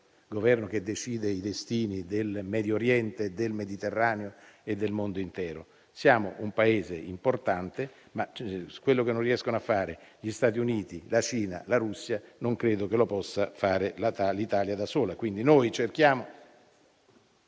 Governo che decide i destini del Medio Oriente, del Mediterraneo e del mondo intero. Siamo un Paese importante, ma quello che non riescono a fare gli Stati Uniti, la Cina e la Russia non credo che lo possa fare l'Italia da sola. Stiamo